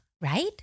right